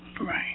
Right